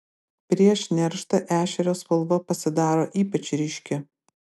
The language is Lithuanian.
prieš nerštą ešerio spalva pasidaro ypač ryški